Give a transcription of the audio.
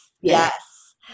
Yes